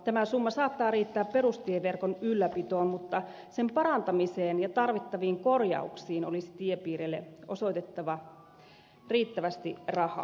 tämä summa saattaa riittää perustieverkon ylläpitoon mutta sen parantamiseen ja tarvittaviin korjauksiin olisi tiepiireille osoitettava riittävästi rahaa